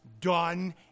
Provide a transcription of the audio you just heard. done